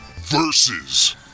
versus